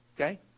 Okay